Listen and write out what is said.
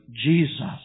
Jesus